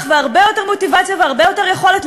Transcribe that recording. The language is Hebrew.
והרבה יותר מוטיבציה והרבה יותר יכולת.